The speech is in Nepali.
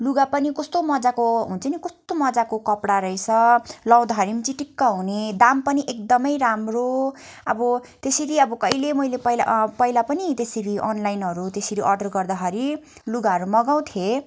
लुगा पनि कस्तो मजाको हुन्छ नि कस्तो मजाको कपडा रहेछ लगाउँदाखेरि चिटिक्क हुने दाम पनि एकदम राम्रो अब त्यसरी अब कहिले मैले पहिला पहिला पनि त्यसरी अनलाइनहरू त्यसरी अडर गर्दाखेरि लुगाहरू मगाउ थिएँ